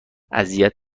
اذیت